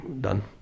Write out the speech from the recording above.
done